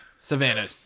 Savannah